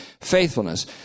faithfulness